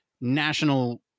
National